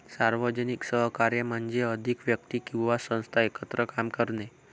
सार्वजनिक सहकार्य म्हणजे अधिक व्यक्ती किंवा संस्था एकत्र काम करणे